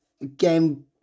Again